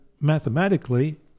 mathematically